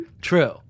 True